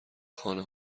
خانه